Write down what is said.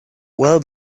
well